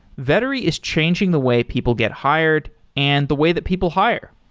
vettery is changing the way people get hired and the way that people hire.